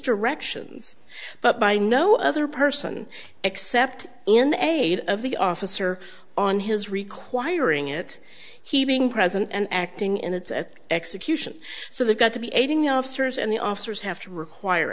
directions but by no other person except in aid of the officer on his requiring it he being present and acting in its execution so they've got to be aiding the officers and the officers have to require